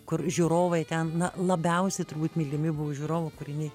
kur žiūrovai ten na labiausiai turbūt mylimi buvo žiūrovų kūriniai